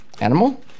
Animal